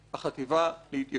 החטיבה להתיישבות,